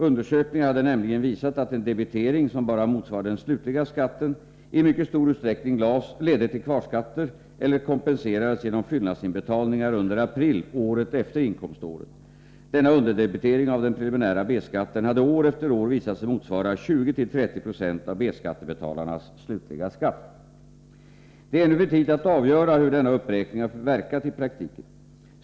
Undersökningar hade nämligen visat att en debitering, som bara motsvarade den slutliga skatten, i mycket stor utsträckning ledde till kvarskatter eller kompenserades genom fyllnadsinbetalningar under april året efter inkomståret. Denna underdebitering av den preliminära B-skatten hade år efter år visat sig motsvara 20-30 96 av B-skattebetalarnas slutliga skatt. Det är ännu för tidigt att avgöra hur denna uppräkning har verkat i praktiken.